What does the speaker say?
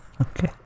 okay